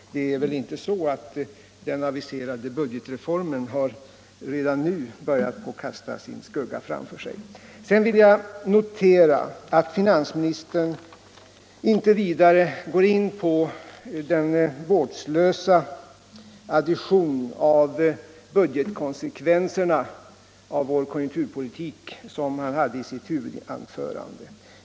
Det är väl inte så att den aviserade budgetreformen redan nu börjar kasta sin skugga framför sig. Sedan vill jag notera att finansministern inte vidare går in på den vårdslösa addition av budgetkonsekvenserna av vår konjunkturpolitik som han gjorde i sitt huvudanförande.